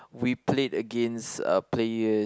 we played against uh player